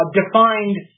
defined